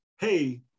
Hey